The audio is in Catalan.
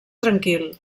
tranquil